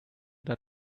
that